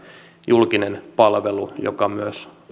julkinen palvelu joka myös